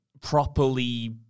properly